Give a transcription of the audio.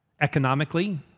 economically